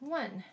one